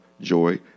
joy